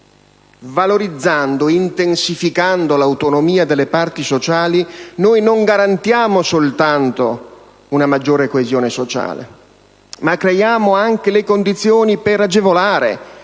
Valorizzando e intensificando l'autonomia delle parti sociali noi non garantiamo soltanto una maggiore coesione sociale, ma creiamo anche le condizioni per agevolare,